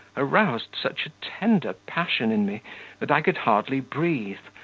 aroused such a tender passion in me that i could hardly breathe,